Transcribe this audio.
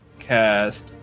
cast